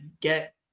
get